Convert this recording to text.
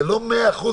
זה לא מאה אחוז,